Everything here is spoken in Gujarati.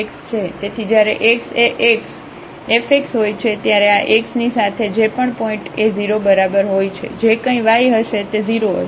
તેથી જ્યારે x એ x fx હોય છે ત્યારે આ x ની સાથે જે પણ પોઇન્ટએ 0 બરાબર હોય છે જે કંઇ y હશે તે 0 હશે